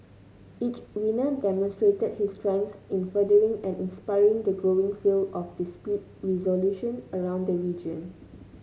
each winner demonstrated his strengths in furthering and inspiring the growing field of dispute resolution around the region